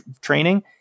training